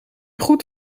goed